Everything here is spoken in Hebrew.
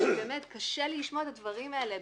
ובאמת קשה לי לשמוע את הדברים האלה,